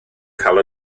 cael